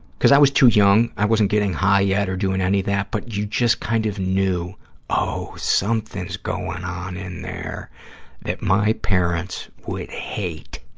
because i was too young. i wasn't getting high yet or doing any of that, but you just kind of knew, oh, something's going on in there that my parents would hate.